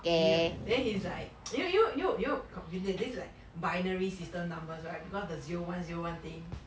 in green year then he's like you know you know you know computing then is like binary system numbers right because the zero one zero one thing